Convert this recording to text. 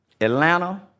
Atlanta